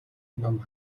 ном